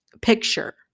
picture